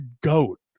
goat